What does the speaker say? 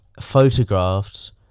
Photographed